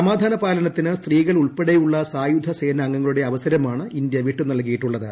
സമാധാന പാലനത്തിന് സ്ത്രീകൾ ഉൾപ്പെടെയുള്ള സായുധ സേനാംഗങ്ങളുടെ അവസരമാണ് ഇന്ത്യവിട്ടു നൽകിയിട്ടുള്ളത്